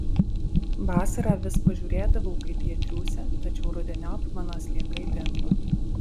vasarą vis pažiūrėdavau kaip jie triūsia tačiau rudeniop mano sliekai dingo